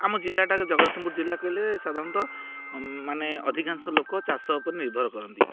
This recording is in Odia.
ଆମ ଜିଲ୍ଲାଟା ଜଗତସିଂହପୁର ଜିଲ୍ଲା କହିଲେ ସାଧାରଣତଃ ମାନେ ଅଧିକାଂଶ ଲୋକ ଚାଷ ଉପରେ ନିର୍ଭର କରନ୍ତି